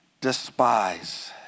despise